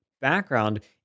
background